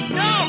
no